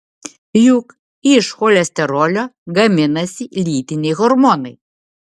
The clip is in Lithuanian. juk iš cholesterolio gaminasi lytiniai hormonai